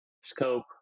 scope